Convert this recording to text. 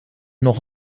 nog